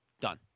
Done